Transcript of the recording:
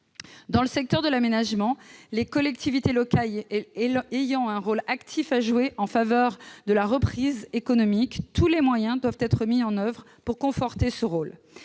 Dans le secteur de l'aménagement, les collectivités locales ayant un rôle actif à jouer en faveur de la reprise économique, tous les moyens doivent être mis en oeuvre pour conforter ce rôle.